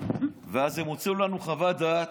אז הם הוציאו לנו חוות דעת,